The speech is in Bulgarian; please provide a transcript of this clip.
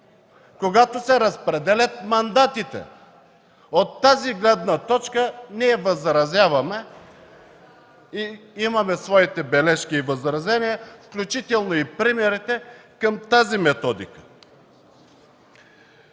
когато се разпределят мандатите. От тази гледна точка ние възразяваме, имаме своите бележки и възражения, включително и примерите към тази методика.